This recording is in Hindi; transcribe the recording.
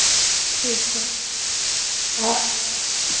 ठीक है आ